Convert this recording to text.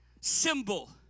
symbol